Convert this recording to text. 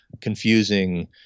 confusing